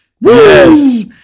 Yes